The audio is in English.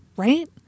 right